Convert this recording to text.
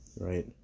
right